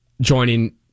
joining